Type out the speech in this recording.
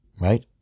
right